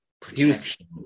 protection